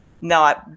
no